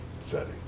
setting